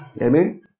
Amen